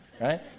Right